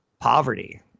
Poverty